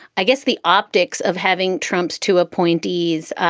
i guess the optics of having trumps two appointees,